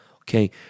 Okay